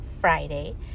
Friday